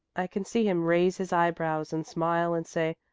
i can see him raise his eyebrows and smile and say,